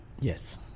Yes